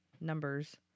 numbers